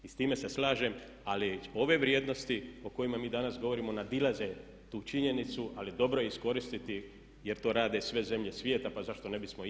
I s time se slažem ali ove vrijednosti o kojima mi danas govorimo nadilaze tu činjenicu ali dobro je iskoristiti jer to rade sve zemlje svijeta pa zašto ne bismo i mi.